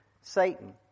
Satan